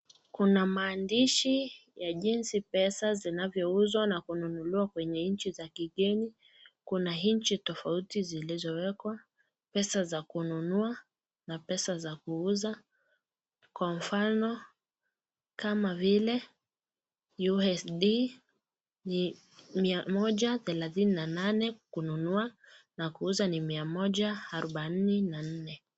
Kuna maandishi ya jinsi pesa zinavyo uzwa na kununuliwa kutoka nchi za kigeni, kuna nchi tofauti zilizoekwa pesa za kununua na pesa za kuuzwa kwa mfano, kama vile USD ni mia moja thelathini na nane kununua na kuuza ni mia moja harubaine na nne.